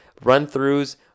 run-throughs